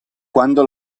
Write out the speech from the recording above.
quando